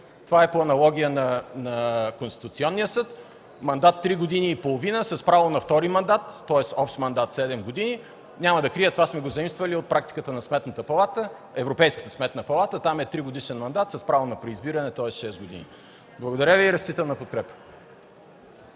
Това е по аналогия на Конституционния съд – мандат три години и половина, с право на втори мандат, тоест общ мандат седем години. Няма да крия, това сме го заимствали от практиката на Европейската сметна палата – там е тригодишен мандат, с право на преизбиране, тоест 6 години. Благодаря Ви, разчитам на подкрепа.